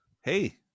Hey